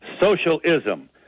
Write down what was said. socialism